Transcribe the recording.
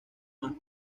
más